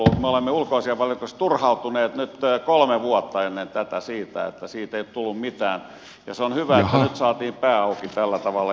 me olemme ulkoasiainvaliokunnassa turhautuneet nyt kolme vuotta ennen tätä siitä että siitä ei ole tullut mitään ja se on hyvä että nyt saatiin pää auki tällä tavalla